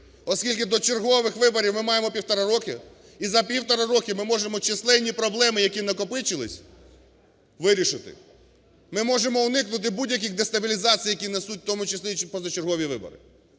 оскільки до чергових виборів ми маємо півтора роки, і за півтора роки ми можемо численні проблеми, які накопичились, вирішити. Ми можемо уникнути будь-яких дестабілізацій, які несуть, в тому числі і позачергові вибори.